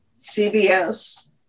CBS